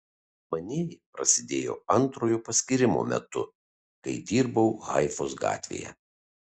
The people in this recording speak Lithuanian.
manieji prasidėjo antrojo paskyrimo metu kai dirbau haifos gatvėje